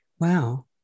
Wow